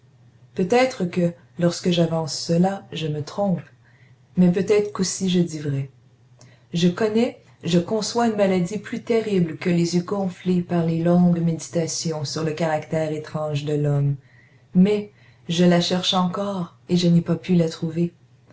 peut-être que lorsque j'avance cela je me trompe mais peut-être qu'aussi je dis vrai je connais je conçois une maladie plus terrible que les yeux gonflés par les longues méditations sur le caractère étrange de l'homme mais je la cherche encor et je n'ai pas pu la trouver